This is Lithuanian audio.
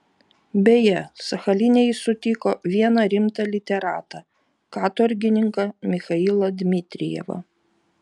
beje sachaline jis sutiko vieną rimtą literatą katorgininką michailą dmitrijevą